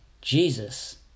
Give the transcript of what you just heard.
Jesus